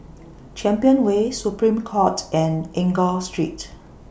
Champion Way Supreme Court and Enggor Street